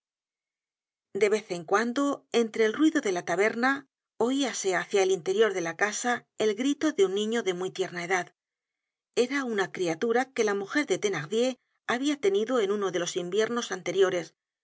vez en cuando entre el ruido de la taberna oase hácia el interior de la casa el grito de un niño de muy tierna edad era una criatura que la mujer de thenardier habia tenido en uno de los inviernos anteriores